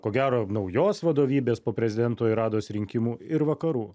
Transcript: ko gero naujos vadovybės po prezidento ir rados rinkimų ir vakarų